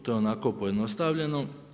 To je onako pojednostavljeno.